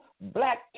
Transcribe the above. black